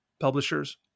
publishers